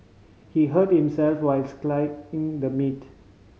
he hurt himself while slicing the meat